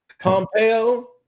Pompeo